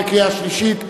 התשע"ב 2012,